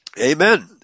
Amen